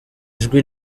ijwi